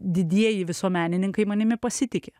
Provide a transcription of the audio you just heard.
didieji visuomenininkai manimi pasitiki